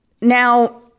now